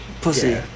pussy